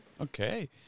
Okay